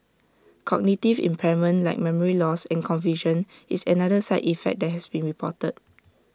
cognitive impairment like memory loss and confusion is another side effect that has been reported